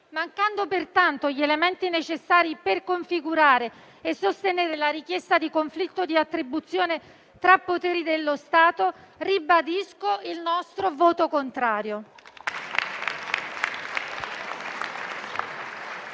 Mancando pertanto gli elementi necessari per configurare e sostenere la richiesta di conflitto di attribuzione tra poteri dello Stato, ribadisco il nostro voto contrario.